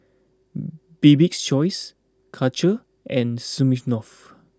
Bibik's choice Karcher and Smirnoff